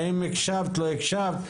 האם הקשבת, לא הקשבת?